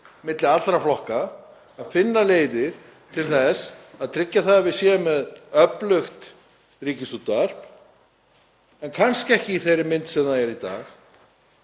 milli allra flokka til þess að tryggja að við séum með öflugt Ríkisútvarp en kannski ekki í þeirri mynd sem það er í dag.